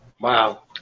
Wow